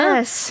Yes